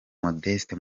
modeste